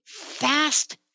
fast